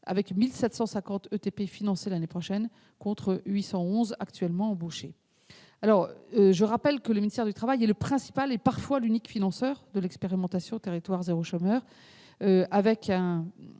avec 1 750 ETP financés l'année prochaine, contre 811 actuellement embauchés. Je rappelle que le ministère du travail est le principal et parfois l'unique financeur de cette expérimentation, avec une